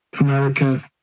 America